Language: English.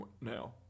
now